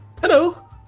hello